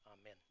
Amen